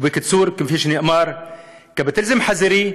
ובקיצור, כפי שנאמר, קפיטליזם חזירי,